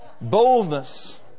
Boldness